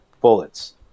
bullets